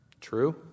true